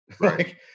right